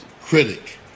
critic